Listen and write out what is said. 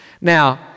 Now